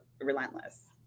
Relentless